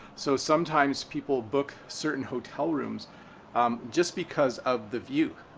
so sometimes people book certain hotel rooms um just because of the view.